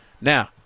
Now –